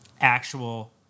actual